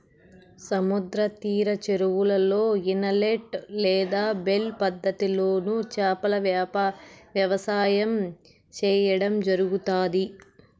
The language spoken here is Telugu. సముద్ర తీర చెరువులలో, ఇనలేట్ లేదా బేలు పద్ధతి లోను చేపల వ్యవసాయం సేయడం జరుగుతాది